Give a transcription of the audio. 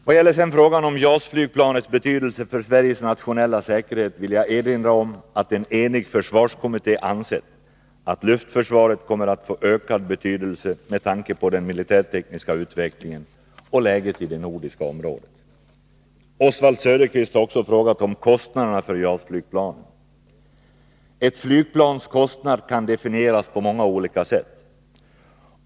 Vad gäller frågan om JAS-flygplanets betydelse för Sveriges nationella verksamhet vill jag erinra om att en enig försvarskommitté ansett att luftförsvaret kommer att få ökad betydelse med tanke på den militärtekniska utvecklingen och läget i det nordiska området. Oswald Söderqvist har också frågat om kostnaderna för JAS-flygplanen. Ett flygplans kostnad kan definieras på många olika sätt.